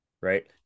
right